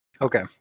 Okay